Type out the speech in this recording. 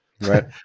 right